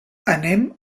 anem